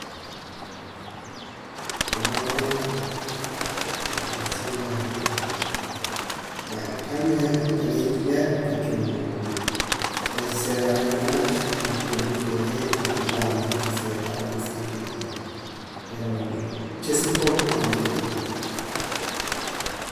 la función reh bueno han yah man wat'aliim ta mero porque kin la necesidad reh winaq wula diferente man igual ta la sociedad osea que pero uche' sí poco wat'aliim.